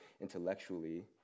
intellectually